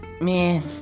man